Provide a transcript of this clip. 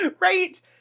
Right